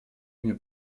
имя